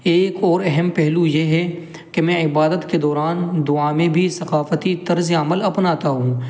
ایک اور اہم پہلو یہ ہے کہ میں عبادت کے دوران دعا میں بھی ثقافتی طرز عمل اپناتا ہو